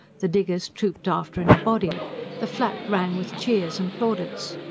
the diggers trooped after in a body the flat rang with cheers and plaudits.